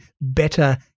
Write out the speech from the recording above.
better